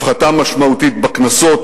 הפחתה משמעותית בקנסות,